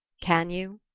can you?